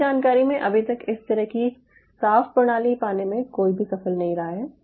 मेरी जानकारी में अभी तक इस तरह की साफ प्रणाली पाने में कोई भी सफल नहीं रहा है